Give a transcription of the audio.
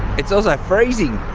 it's also freezing!